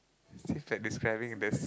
seems like describing this